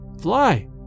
fly